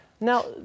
Now